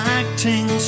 acting